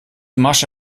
masche